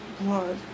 blood